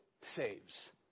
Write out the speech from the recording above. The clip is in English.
saves